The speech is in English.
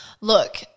look